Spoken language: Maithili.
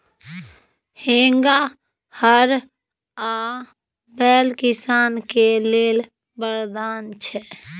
हेंगा, हर आ बैल किसान केर लेल बरदान छै